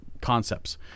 concepts